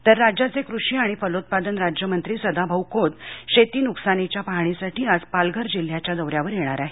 तर राज्याचे कृषी आणि फलोत्पादन राज्यमंत्री सदाभाऊखोत शेती नुकसानी च्या पाहणीसाठी आज पालघर जिल्ह्याच्या दौऱ्यावर येणार आहेत